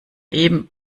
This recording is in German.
eben